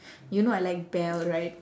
you know I like belle right